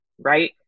right